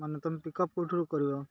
ମାନେ ତମେ ପିକଅପ୍ କେଉଁଠିରୁ କରିବ